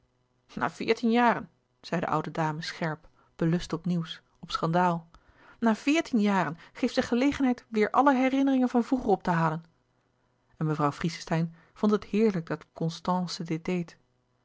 na veertien jaren zei de oude dame scherp belust op nieuws op schandaal na veertien jaren geeft ze gelegenheid weêr alle herinneringen van vroeger op te halen en mevrouw friesesteijn vond het heerlijk dat constance dit deed